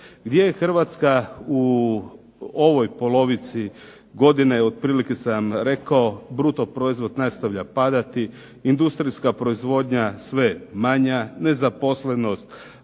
Gdje je Hrvatska u ovoj polovici godine? Otprilike sam vam rekao, BDP nastavlja padati, industrijska proizvodnja sve manja, nezaposlenost